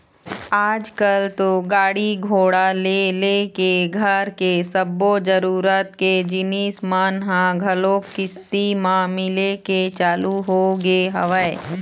आजकल तो गाड़ी घोड़ा ले लेके घर के सब्बो जरुरत के जिनिस मन ह घलोक किस्ती म मिले के चालू होगे हवय